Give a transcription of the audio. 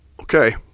Okay